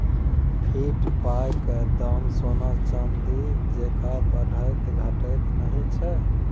fiat पायक दाम सोना चानी जेंका बढ़ैत घटैत नहि छै